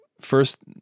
first